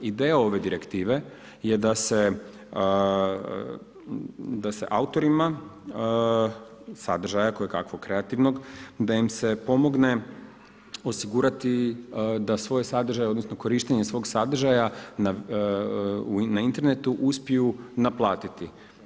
Ideja ove direktive je da se autorima, sadržaja koje kakvog kreativnog, da im se pomogne osigurati da svoje sadržaje, odnosno korištenje svog sadržaja na internetu uspiju naplatiti.